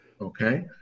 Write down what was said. Okay